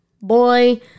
boy